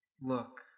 Look